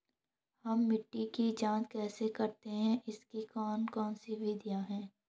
हम मिट्टी की जांच कैसे करते हैं इसकी कौन कौन सी विधियाँ है?